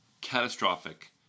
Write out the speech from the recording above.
catastrophic